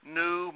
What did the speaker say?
new